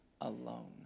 alone